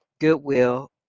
goodwill